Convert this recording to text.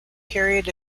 period